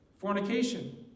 Fornication